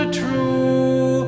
true